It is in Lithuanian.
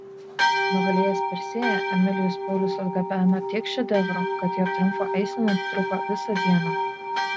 nugalėjęs persėją emilijus paulius atgabeno tiek šedevrų kad jo triumfo eisena truko visą dieną